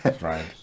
right